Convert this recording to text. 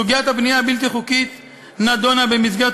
סוגיית הבנייה הבלתי-חוקית נדונה במסגרת